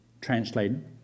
translated